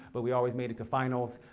but we always made it to finals.